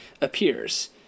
appears